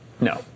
No